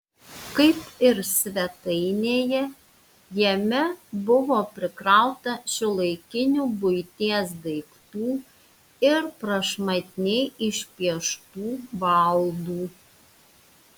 kaip ir svetainėje jame buvo prikrauta šiuolaikinių buities daiktų ir prašmatniai išpieštų baldų